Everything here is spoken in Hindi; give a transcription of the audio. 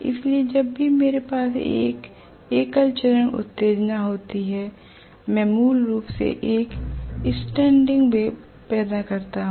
इसलिए जब भी मेरे पास एक एकल चरण उत्तेजना होती है मैं मूल रूप से एक स्टैंडिंग वेव पैदा करता हूं